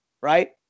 right